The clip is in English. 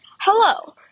Hello